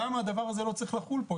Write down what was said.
למה הדבר הזה לא צריך לחול פה?